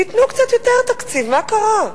תיתנו קצת יותר תקציב, מה קרה?